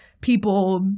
People